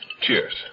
Cheers